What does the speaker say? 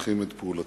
שמנחים את פעולותינו.